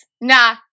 Nah